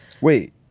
Wait